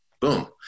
Boom